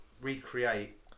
recreate